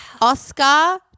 Oscar